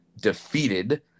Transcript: defeated